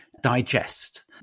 digest